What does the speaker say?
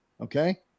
Okay